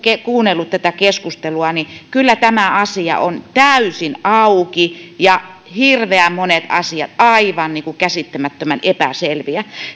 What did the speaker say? kuunnellut tätä keskustelua niin kyllä tämä asia on täysin auki ja hirveän monet asiat aivan käsittämättömän epäselviä